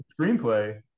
screenplay